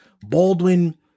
Baldwin